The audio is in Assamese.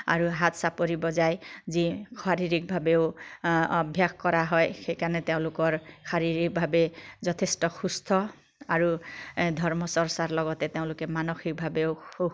আৰু হাত চাপৰি বজাই যি শাৰীৰিকভাৱেও অভ্যাস কৰা হয় সেই কাৰণে তেওঁলোকৰ শাৰীৰিক ভাৱে যথেষ্ট সুস্থ আৰু ধৰ্ম চৰ্চাৰ লগতে তেওঁলোকে মানসিকভাৱেও খুব